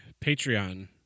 Patreon